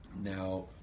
now